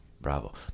bravo